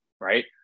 right